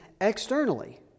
externally